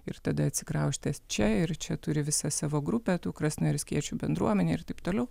ir tada atsikraustęs čia ir čia turi visą savo grupę tų krasnojarskiečių bendruomenę ir taip toliau